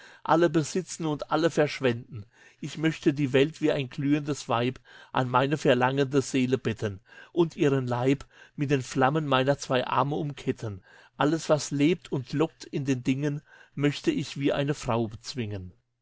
alle besitzen und alle verschwenden ich möchte die welt wie ein glühendes weib an meine verlangende seele betten und ihren leib mit den flammen meiner zwei arme umketten alles was lebt und lockt in den dingen möchte ich wie eine frau bezwingen